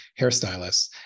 hairstylists